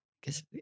guess